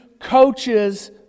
coaches